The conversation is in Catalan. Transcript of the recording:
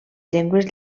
llengües